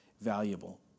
valuable